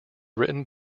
written